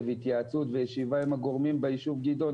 התייעצות בישיבה עם הגורמים ביישוב גדעונה.